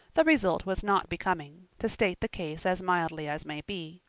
the result was not becoming, to state the case as mildly as may be.